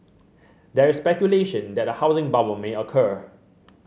there is speculation that a housing bubble may occur